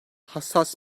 hassas